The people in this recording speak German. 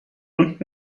und